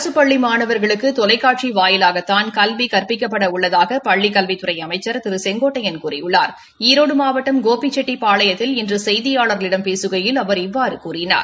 அரசு பள்ளி மாணவா்களுக்கு தொலைக்காட்சி வாயிலாகத்தான் கல்வி கற்பிக்கப்பட உள்ளதாக பள்ளிக் கல்வித்துறை அமைச்சா் திரு கே ஏ செங்கோட்டையன் கூறியுள்ளாா் ஈரோடு மாவட்டம் கோபிச்செட்டிப்பாளையத்தில் இன்று செய்தியாளா்களிடம் பேககையில் அவர் இவ்வாறு கூறினார்